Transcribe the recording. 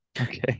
Okay